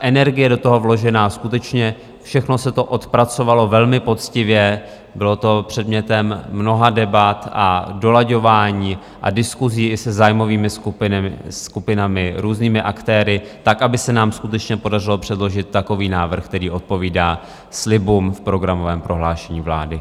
energie do toho vložená skutečně všechno se to odpracovalo velmi poctivě, bylo to předmětem mnoha debat a dolaďování a diskusí se zájmovými skupinami, různými aktéry tak, aby se nám skutečně podařilo předložit takový návrh, který odpovídá slibům v programovém prohlášení vlády.